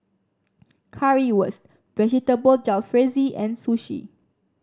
Currywurst Vegetable Jalfrezi and Sushi